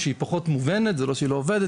או שהיא פחות מובנת זה לא שהיא לא עובדת,